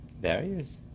Barriers